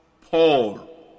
Paul